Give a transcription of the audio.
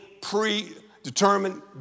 pre-determined